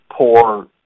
poor